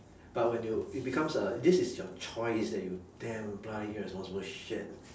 but when you it becomes a this is your choice that you damn bloody irresponsible shit